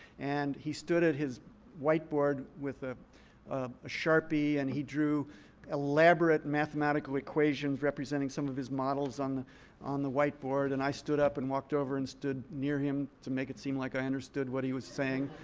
and he stood at his whiteboard with a sharpie. and he drew elaborate mathematical equations representing some of his models on on the whiteboard. and i stood up and walked over and stood near him to make it seem like i understood what he was saying.